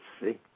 see